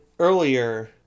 earlier